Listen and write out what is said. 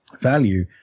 value